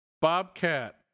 Bobcat